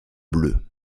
bleus